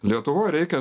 lietuvoj reikia